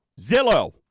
Zillow